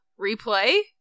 replay